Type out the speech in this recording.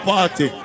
Party